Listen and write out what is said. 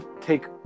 take